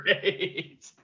great